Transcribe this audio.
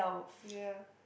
ya